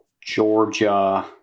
Georgia